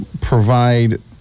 provide